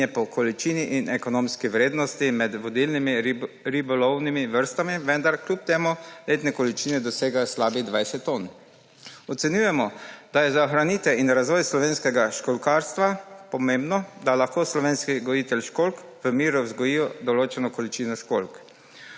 in je po količini in ekonomski vrednosti med vodilnimi ribolovnimi vrstami, vendar kljub temu letne količine dosegajo slabih 20 ton. Ocenjujemo, da je za ohranitev in razvoj slovenskega školjkarstva pomembno, da lahko slovenski gojitelji školjk v miru vzgojijo določeno količino školjk.